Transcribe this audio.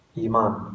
Iman